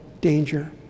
danger